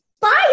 bye